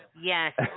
Yes